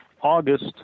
August